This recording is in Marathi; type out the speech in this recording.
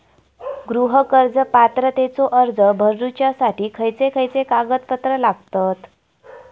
गृह कर्ज पात्रतेचो अर्ज भरुच्यासाठी खयचे खयचे कागदपत्र लागतत?